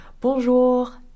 Bonjour